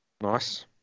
nice